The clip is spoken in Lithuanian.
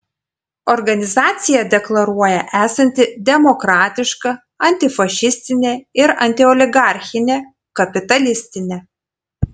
organizacija deklaruoja esanti demokratiška antifašistinė ir antioligarchinė kapitalistinė